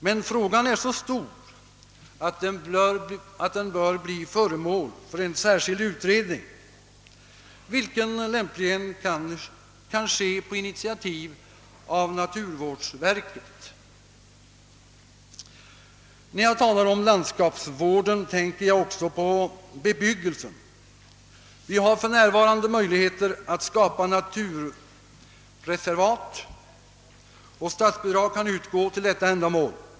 Men frågan är så stor, att den bör bli föremål för en särskild utredning, vilken lämpligen kan ske på initiativ av naturvårdsverket. När jag talar om landskapsvården tänker jag också på bebyggelsen. Vi har för närvarande möjligheter att skapa naturreservat, och statsbidrag kan utgå till detta ändamål.